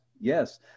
yes